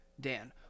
Dan